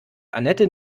anette